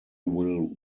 will